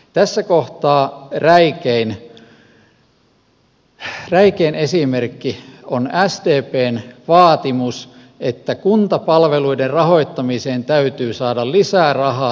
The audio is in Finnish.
tässä kohtaa räikein esimerkki on sdpn vaatimus että kuntapalveluiden rahoittamiseen täytyy saada lisää rahaa valtionosuusjärjestelmään